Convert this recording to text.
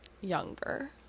younger